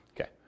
Okay